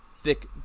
thick